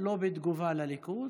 לא בתגובה לליכוד,